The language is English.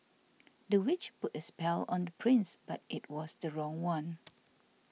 the witch put a spell on the prince but it was the wrong one